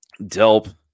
Delp